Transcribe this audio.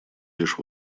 лишь